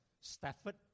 Stafford